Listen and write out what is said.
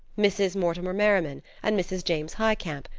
mrs. mortimer merriman and mrs. james highcamp,